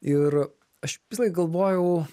ir aš visąlaik galvojau